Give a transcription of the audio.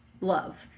love